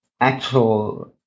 actual